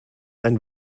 ein